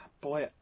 boy